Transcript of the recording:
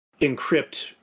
encrypt